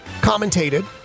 commentated